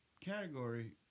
category